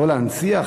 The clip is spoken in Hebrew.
לא להנציח,